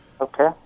Okay